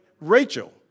Rachel